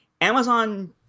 Amazon –